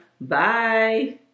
Bye